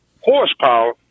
horsepower